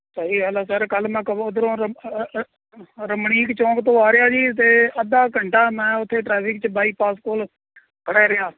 ਸਹੀ ਗੱਲ ਆ ਸਰ ਕੱਲ੍ਹ ਮੈਂ ਕਵੋ ਉੱਧਰੋਂ ਰਮਣੀਕ ਚੌਂਕ ਤੋਂ ਆ ਰਿਹਾ ਜੀ ਅਤੇ ਅੱਧਾ ਘੰਟਾ ਮੈਂ ਉੱਥੇ ਟਰੈਫਿਕ 'ਚ ਬਾਈਪਾਸ ਕੋਲ ਖੜ੍ਹੇ ਰਿਹਾ